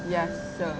ya so